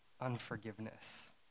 unforgiveness